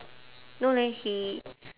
no leh he